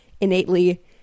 innately